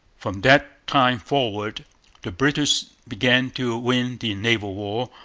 from that time forward the british began to win the naval war,